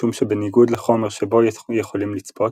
משום שבניגוד לחומר שבו יכולים לצפות,